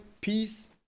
peace